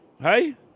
hey